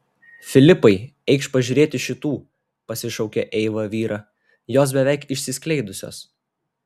filipai eikš pažiūrėti šitų pasišaukė eiva vyrą jos beveik išsiskleidusios